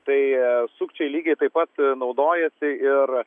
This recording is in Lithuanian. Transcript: tai sukčiai lygiai taip pat naudojasi ir